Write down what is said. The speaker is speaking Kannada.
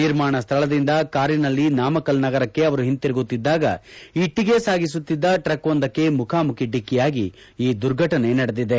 ನಿರ್ಮಾಣ ಸ್ಥಳದಿಂದ ಕಾರಿನಲ್ಲಿ ನಾಮಕ್ಕಲ್ ನಗರಕ್ಕೆ ಅವರು ಹಿಂದಿರುಗುತ್ತಿದ್ದಾಗ ಇಟ್ಟಿಗೆ ಸಾಗಿಸುತ್ತಿದ್ದ ಟ್ರಕ್ ಒಂದಕ್ಕೆ ಮುಖಾಮುಖಿ ಡಿಕ್ಕಿಯಾಗಿ ಈ ದುರ್ಘಟನೆ ನಡೆದಿದೆ